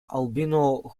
albino